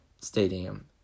Stadium